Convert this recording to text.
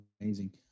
amazing